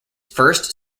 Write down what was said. first